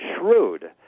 shrewd